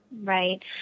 Right